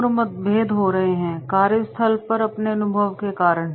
उम्र मातभेद हो रहे हैं कार्यस्थल पर अपने अनुभव के कारण